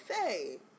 say